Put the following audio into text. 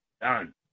done